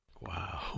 Wow